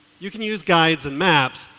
you can use guides and maps,